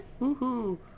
Woohoo